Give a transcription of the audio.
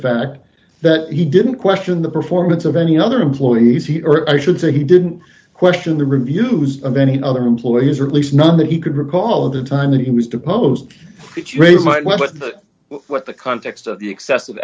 fact that he didn't question the performance of any other employees he or i should say he didn't question the reviews of any other employees or at least none that he could recall of the time that he was deposed might well but what the context of the excessive